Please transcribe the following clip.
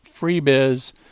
FREEBIZ